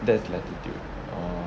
that is latitude orh